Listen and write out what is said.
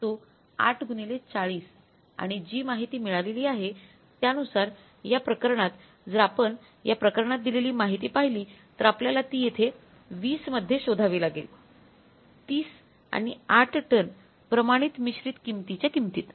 तो ८ गुणिले ४० आणि जी माहिती मिळालेली आहे त्या नुसार या प्रकरणात जर आपण या प्रकरणात दिलेली माहिती पाहिली तर आपल्याला ती येथे २० मध्ये शोधावी लागेल 30 आणि 8 टन प्रमाणित मिश्रित किंमतीच्या किंमतीत